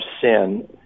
sin